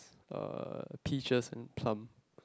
uh peaches and plum